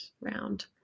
round